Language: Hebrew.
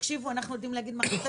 אנחנו יודעים להגיד מה חסר,